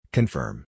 Confirm